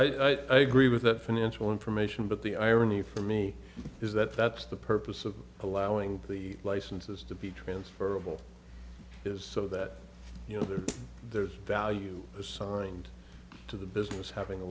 i gree with that financial information but the irony for me is that that's the purpose of allowing the licenses to be transferable is so that you know that there's value assigned to the business having a